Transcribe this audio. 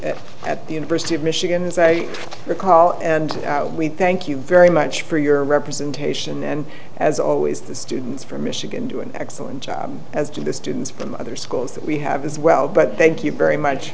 clinic at the university of michigan as i recall and we thank you very much for your representation and as always the students from michigan do an excellent job as do the students from other schools that we have as well but they keep very much